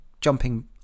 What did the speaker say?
jumping